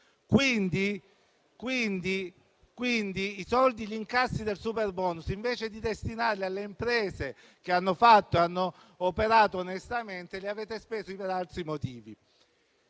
dalle guerre. Gli incassi del superbonus, invece di destinarli alle imprese che hanno operato onestamente, li avete spesi per altri motivi.